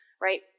right